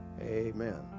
amen